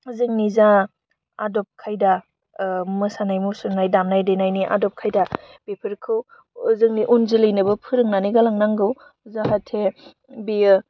जोंनि जा आदब खायदा मोसानाय मुसुरनाय दामनाय देनायनि आदब खायदा बिफोरखौ जोंनि उन जोलैनोबो फोरोंनानै गालांनांगौ जाहाथे बेयो